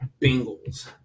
Bengals